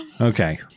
okay